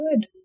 good